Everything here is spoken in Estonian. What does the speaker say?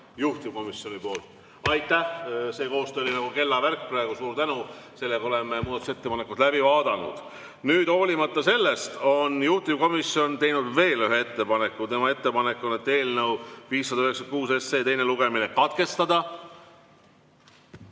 juhtivkomisjonilt. Aitäh! See koostöö oli nagu kellavärk praegu. Suur tänu! Oleme muudatusettepanekud läbi vaadanud. Nüüd, hoolimata sellest on juhtivkomisjon teinud veel ühe ettepaneku. Tema ettepanek on eelnõu 596 teine lugemine katkestada.